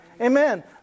Amen